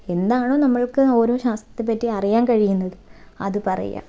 എന്താണോ നമുക്ക് ഓരോ ശാസ്ത്രത്തെ പറ്റി അറിയാൻ കഴിയുന്നത് അത് പറയുക